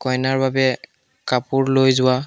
কইনাৰ বাবে কাপোৰ লৈ যোৱা